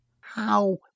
How